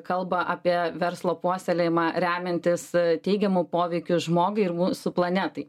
kalba apie verslo puoselėjimą remiantis teigiamu poveikiu žmogui ir mūsų planetai